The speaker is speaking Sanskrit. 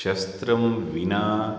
शस्त्रं विना